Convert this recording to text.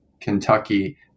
Kentucky